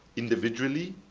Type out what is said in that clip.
individually,